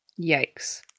Yikes